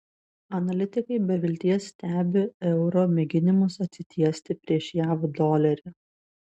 analitikai be vilties stebi euro mėginimus atsitiesti prieš jav dolerį